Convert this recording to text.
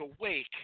Awake